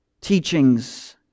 teachings